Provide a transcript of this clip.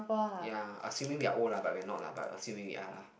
ya I am saying we are old lah but we are not but assuming ya lah